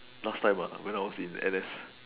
last time ah when I was in N_S